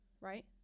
right